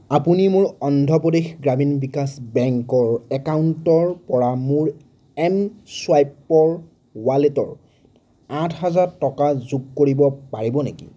আপুনি মোৰ অন্ধ্ৰপ্ৰদেশ গ্ৰামীণ বিকাশ বেংকৰ একাউণ্টৰ পৰা মোৰ এনচুৱাইপৰ ৱালেটৰ আঠ হাজাৰ টকা যোগ কৰিব পাৰিব নেকি